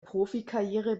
profikarriere